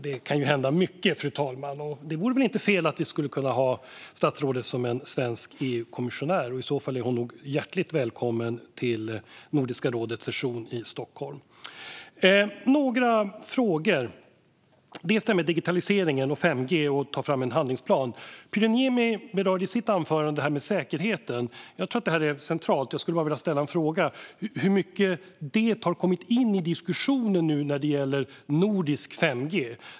Det kan hända mycket, fru talman, och det vore väl inte fel om vi kunde ha statsrådet som svensk EU-kommissionär. I så fall är hon nog hjärtligt välkommen till Nordiska rådets session i Stockholm. Jag har några frågor. Först vill jag ta upp detta med digitaliseringen, 5G och att ta fram en handlingsplan. Pyry Niemi berörde säkerheten i sitt anförande. Jag tror att det är centralt och skulle bara vilja fråga hur mycket detta har kommit in i diskussionen när det gäller nordisk 5G.